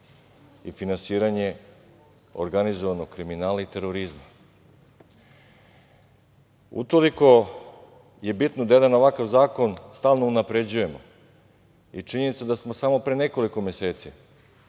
i finansiranje organizovanog kriminala i terorizma. Utoliko je bitno da jedan ovakav zakon stalno unapređujemo i činjenica da smo samo pre nekoliko meseci